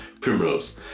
Primrose